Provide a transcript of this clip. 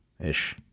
ish